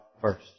first